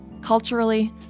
culturally